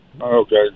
Okay